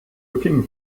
looking